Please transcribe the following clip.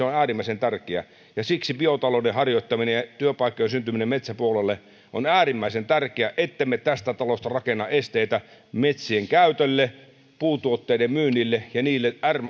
on äärimmäisen tärkeää siksi biotalouden harjoittaminen ja työpaikkojen syntyminen metsäpuolelle on äärimmäisen tärkeää ettemme tästä talosta rakenna esteitä metsien käytölle puutuotteiden myynnille ja niille